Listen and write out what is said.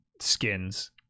skins